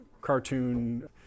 cartoon